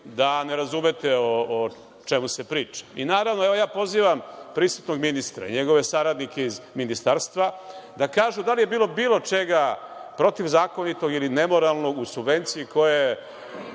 da ne razumete o čemu se priča. Naravno, evo, ja pozivam prisutnog ministra i njegove saradnike iz Ministarstva, da kažu da li je bilo bilo čega protivzakonitog ili nemoralnog u subvenciji koju